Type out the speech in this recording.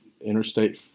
Interstate